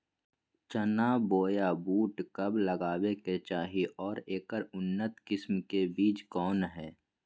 चना बोया बुट कब लगावे के चाही और ऐकर उन्नत किस्म के बिज कौन है?